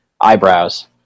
eyebrows